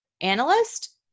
analyst